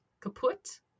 kaput